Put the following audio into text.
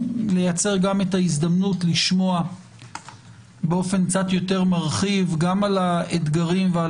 לייצר גם את ההזדמנות לשמוע באופן קצת יותר מרחיב גם על האתגרים ועל